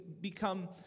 become